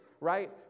right